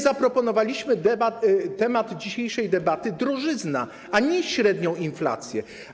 Zaproponowaliśmy temat dzisiejszej debaty: drożyzna, a nie średnia inflacja.